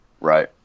Right